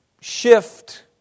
shift